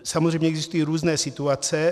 Samozřejmě existují různé situace.